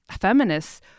feminists